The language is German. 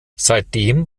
seitdem